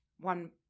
one